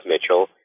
Mitchell